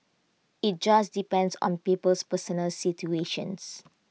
IT just depends on people's personal situations